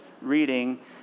reading